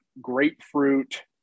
grapefruit